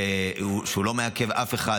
שלא מעכב אף אחד.